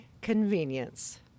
convenience